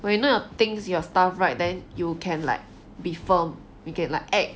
when you know things your stuff right then you can like be firm you get like act